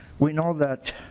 we know that